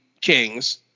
Kings